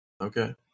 Okay